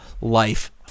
life